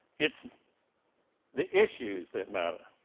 it's the issues that matter.